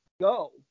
go